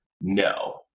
no